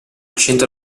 centro